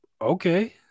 okay